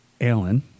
Alan